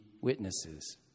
witnesses